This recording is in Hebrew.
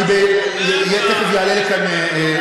ותכף יעלה לכאן,